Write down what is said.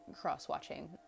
cross-watching